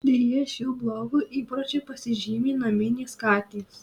deja šiuo blogu įpročiu pasižymi naminės katės